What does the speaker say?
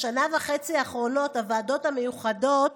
בשנה וחצי האחרונות הוועדות המיוחדות